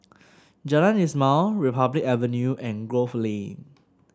Jalan Ismail Republic Avenue and Grove Lane